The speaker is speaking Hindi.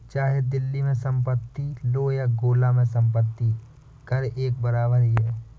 चाहे दिल्ली में संपत्ति लो या गोला में संपत्ति कर एक बराबर ही है